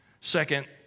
Second